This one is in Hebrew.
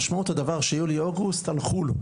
משמעות הדבר שיולי-אוגוסט הלכו לו.